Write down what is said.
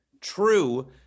True